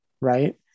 Right